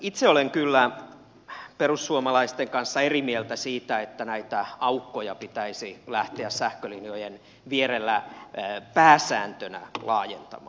itse olen kyllä perussuomalaisten kanssa eri mieltä siitä että näitä aukkoja pitäisi lähteä sähkölinjojen vierellä pääsääntönä laajentamaan